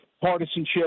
partisanship